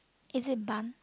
is it bun